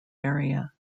area